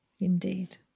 Indeed